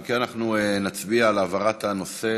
אם כן, אנחנו נצביע על העברת הנושא.